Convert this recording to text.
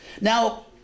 Now